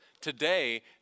today